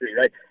right